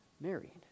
married